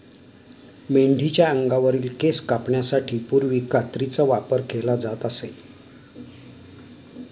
मेंढीच्या अंगावरील केस कापण्यासाठी पूर्वी कात्रीचा वापर केला जात असे